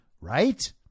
right